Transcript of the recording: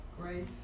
Grace